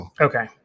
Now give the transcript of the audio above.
Okay